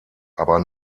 aber